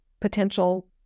potential